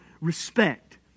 respect